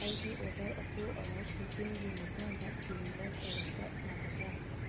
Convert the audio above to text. ꯑꯩꯒꯤ ꯑꯣꯗꯔ ꯑꯗꯨ ꯑꯥꯋꯥꯔ ꯐꯤꯞꯇꯤꯟꯒꯤ ꯃꯇꯨꯡꯗ ꯗꯤꯂꯤꯕꯔ ꯇꯧꯔꯛꯄ ꯌꯥꯒꯗ꯭ꯔꯥ